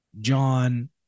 John